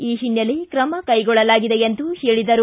ಈ ಹಿನ್ನೆಲೆ ಕ್ರಮ ಕೈಗೊಳ್ಳಲಾಗಿದೆ ಎಂದು ಹೇಳಿದರು